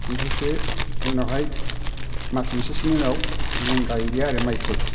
बिनिफ्रायसो उनावहाय मास मोनसेसोनि उनाव जों गायो आरो माइखौ